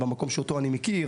במקום שאותו אני מכיר,